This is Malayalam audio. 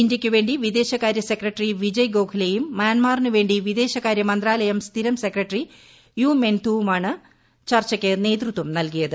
ഇന്ത്യയ്ക്കുവേ ി വിദേശകാര്യ സെക്രട്ടറി വിജയ് ഗോഖ്ലെയും മ്യാൻമറിനുവേ ി വിദേശകാരൃ മന്ത്രാലയം സ്ഥിരം സെക്രട്ടറി യു മൈന്റ്തൂ വുമാണ് ചർച്ചയ്ക്ക് നേതൃത്വം നൽകിയത്